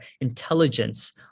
intelligence